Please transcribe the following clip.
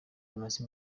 bimaze